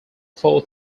four